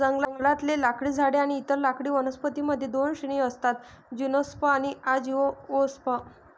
जंगलातले लाकडी झाडे आणि इतर लाकडी वनस्पतीं मध्ये दोन श्रेणी असतातः जिम्नोस्पर्म आणि अँजिओस्पर्म